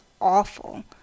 awful